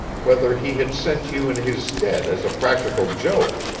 whether he had sent you in his stead as a practical joke,